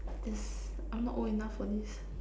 this I'm not old enough for this